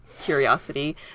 curiosity